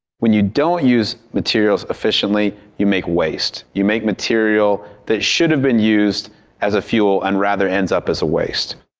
when you don't use materials efficiently you make waste. you make material that should have been used as a fuel, and rather end up as a waste.